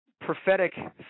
prophetic